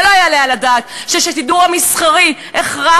ולא יעלה על הדעת שאת השידור המסחרי הכרחנו,